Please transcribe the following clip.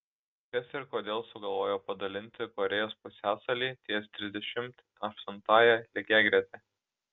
kas ir kodėl sugalvojo padalinti korėjos pusiasalį ties trisdešimt aštuntąja lygiagrete